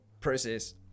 process